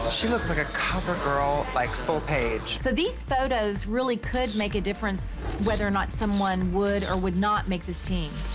she looks like a cover girl like, full page. so these photos really could make a difference whether or not someone would or would not make this team.